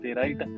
right